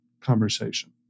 conversation